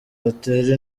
batera